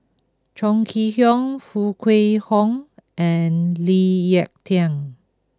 Chong Kee Hiong Foo Kwee Horng and Lee Ek Tieng